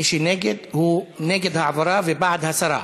מי שנגד, הוא נגד העברה ובעד הסרה.